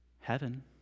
heaven